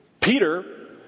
Peter